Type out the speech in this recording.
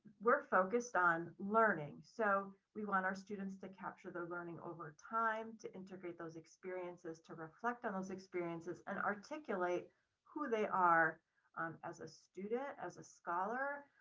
we're focused on learning so we want our students to capture their learning over time to integrate those experiences to reflect on those experiences and articulate who they are as a student, as a scholar,